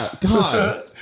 God